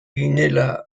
ginela